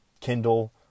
Kindle